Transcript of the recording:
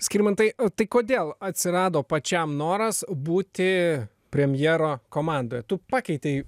skirmantai tai kodėl atsirado pačiam noras būti premjero komandoje tu pakeitei